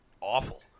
awful